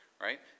right